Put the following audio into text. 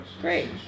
Great